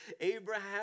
Abraham